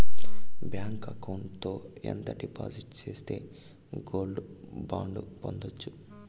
Bank account లో ఎంత డిపాజిట్లు సేస్తే గోల్డ్ బాండు పొందొచ్చు?